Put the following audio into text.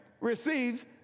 receives